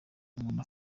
umuntu